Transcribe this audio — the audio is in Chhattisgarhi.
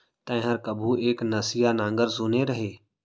तैंहर कभू एक नसिया नांगर सुने रहें?